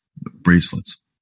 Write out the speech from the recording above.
bracelets